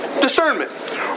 discernment